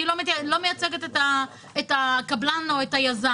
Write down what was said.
אני לא מייצגת את הקבלן או את היזם.